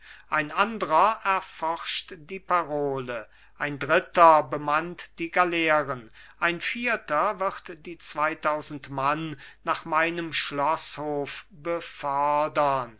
ein anderer erforscht die parole ein dritter bemannt die galeeren ein vierter wird die zweitausend mann nach meinem schloßhof